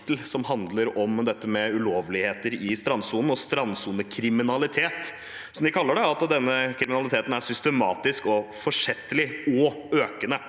et eget kapittel til ulovligheter i strandsonen og strandsonekriminalitet, som de kaller det, og at denne kriminaliteten er systematisk, forsettlig og økende.